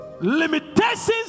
Limitations